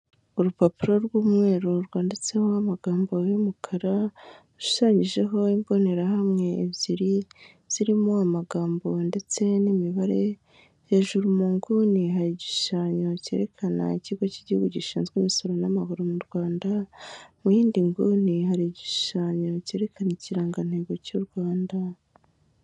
Urupapuro rw'umweru rwanditsehoho amagambo y'umukara, rushushanyijeho imbonerahamwe ebyiri zirimo amagambo ndetse n'imibare, hejuru mu nguni hari igishushanyo cyerekana ikigo cy'igihugu gishinzwe imisoro n'amahoro mu Rwanda, mu yindi nguni hari igishushanyo cyerekana ikirangantego cy'u Rwanda.